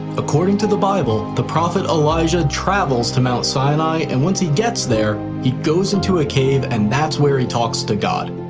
according to the bible, the prophet elijah travels to mount sinai and once he gets there, he goes into a cave and that's where he talks to god.